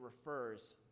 refers